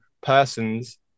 persons